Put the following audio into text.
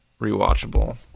rewatchable